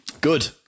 Good